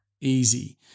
easy